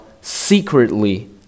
secretly